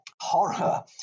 horror